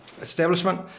establishment